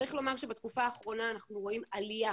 צריך לומר שבתקופה האחרונה אנחנו רואים עלייה